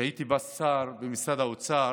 שהייתי בה שר במשרד האוצר,